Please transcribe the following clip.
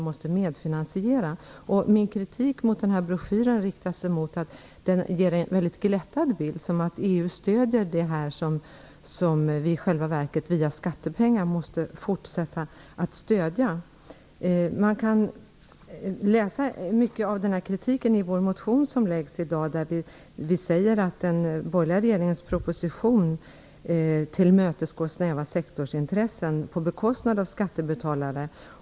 Min kritik mot den här broschyren är att den ger en väldigt glättad bild, att den ger intryck av att EU stöder det som vi i själva verket via skattepengar måste fortsätta att stöda. Mycket av den här kritiken finns med i den motion som vi väcker i dag. Vi säger där att den borgerliga regeringens proposition tillmötesgår snäva sektorsintressen på bekostnad av skattebetalare.